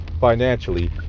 Financially